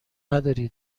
نداری